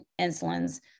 insulins